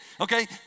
okay